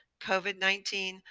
COVID-19